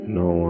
no